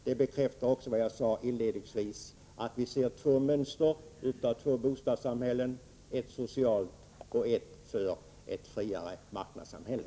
De bekräftar också vad jag sade inledningsvis, att vi ser två olika mönster till bostadssamhälle — ett socialt och ett för ett friare marknadssamhälle.